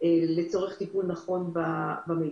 לצורך טיפול נכון במידע.